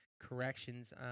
corrections